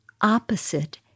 opposite